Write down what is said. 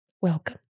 Welcome